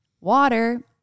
water